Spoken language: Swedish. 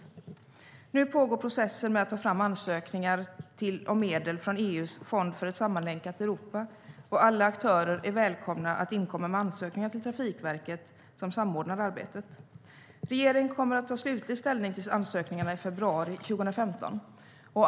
Nu pågår processen med att ta fram ansökningar om medel från EU:s fond för ett sammanlänkat Europa, och alla aktörer är välkomna att inkomma med ansökningar till Trafikverket, som samordnar arbetet. Regeringen kommer att ta slutlig ställning till ansökningarna i februari 2015.